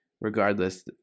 regardless